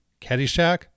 Caddyshack